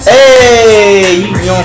Hey